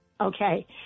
okay